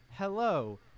Hello